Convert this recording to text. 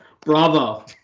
Bravo